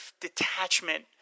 detachment